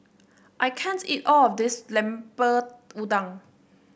I can't eat all of this Lemper Udang